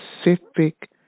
specific